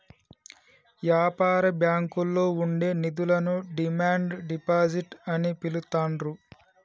యాపార బ్యాంకుల్లో ఉండే నిధులను డిమాండ్ డిపాజిట్ అని పిలుత్తాండ్రు